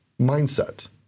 mindset